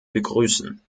begrüßen